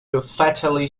fatally